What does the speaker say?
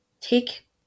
Take